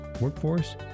workforce